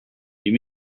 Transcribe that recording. you